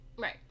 Right